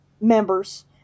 members